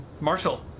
Marshall